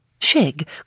Shig